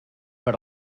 per